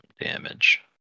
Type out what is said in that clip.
damage